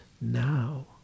now